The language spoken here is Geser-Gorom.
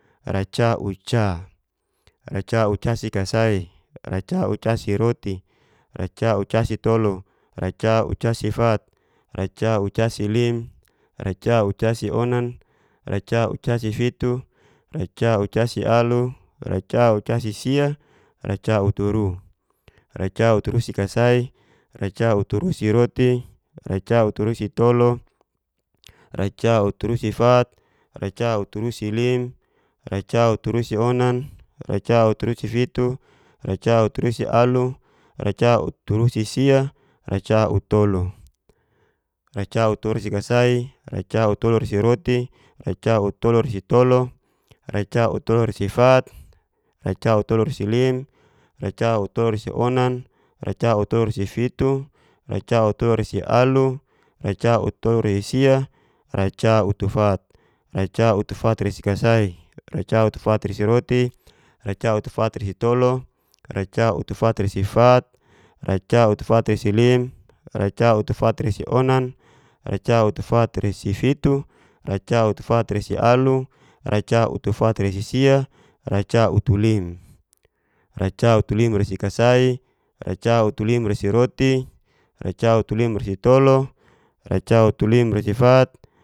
Racauca., racaocasikasai, racaucariroti, racaucasitolo, racaucasifat, racaucasilim, racaucasionan, racaucasifitu, racaucasialu, racaucasisia, racauturu, racauturusikasai, racauturusiroti, racauturusitolu, racauturusifat, racauturusilim, racauturusionan, racauturusifitu, racauturusialu, racauturusisia, racautulo, racautolu rasikasai. racautorasiroti, racautolurasitolu, racautulurasifat, racautolurasilim, racautulurasionan. racautolurasifitu, racautolurasilim, racautoluresionan, racautoluresifitu, racautoluresialu, racautoluresisia, racautufaf, racutufatresikasai, raca utufatresiroti, racautufatresitolu racautufatresifat, racautufatresilim, racautufatresionan, racautufatresifitu, racautufatresialu, racautufatresi. racautulim, racautulimresikasai, racautulimresiroti, racautulimresitolu, racautulimresifat.